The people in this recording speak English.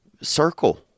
circle